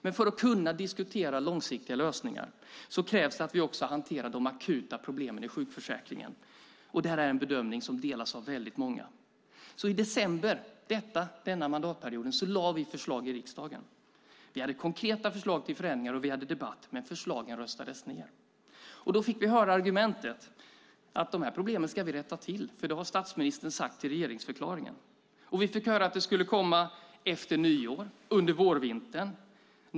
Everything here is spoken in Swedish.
Men för att kunna diskutera långsiktiga lösningar krävs att vi också hanterar de akuta problemen i sjukförsäkringen. Det är en bedömning som delas av väldigt många. I december denna mandatperiod lade vi fram förslag i riksdagen. Vi hade konkreta förslag till förändringar, och vi hade debatt, men förslagen röstades ned. Då fick vi höra argumentet att dessa problem skulle rättas till, för det hade statsministern sagt i regeringsförklaringen. Vi fick höra att förslag skulle komma efter nyår, under vårvintern.